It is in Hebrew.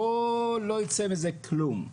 לא ייצא מזה כלום.